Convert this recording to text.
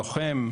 לוחם,